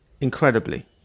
incredibly